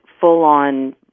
full-on